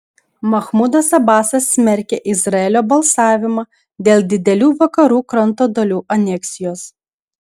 machmudas abasas smerkia izraelio balsavimą dėl didelių vakarų kranto dalių aneksijos